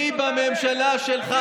מי בממשלה שלך,